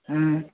ହଁ